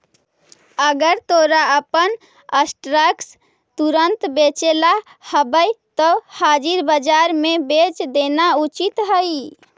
अगर तोरा अपन स्टॉक्स तुरंत बेचेला हवऽ त हाजिर बाजार में बेच देना उचित हइ